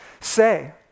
say